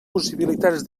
possibilitats